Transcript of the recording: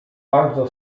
bardzo